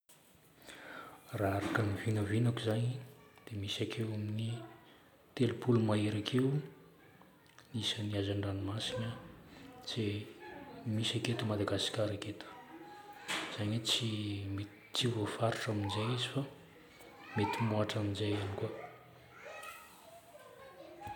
Raha araka ny vinavinako zagny dia misy akeo amin'ny telopolo mahery akeo ny isan'ny hazan-dranomasina izay misy aketo Madagasikara aketo. Izagny hoe tsy mi- tsy voafaritra amin'izay izy fa mety moatran'izay ihany koa.